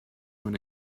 when